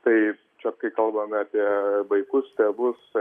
tai čia kai kalbame apie vaikus tėvus